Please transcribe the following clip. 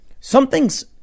something's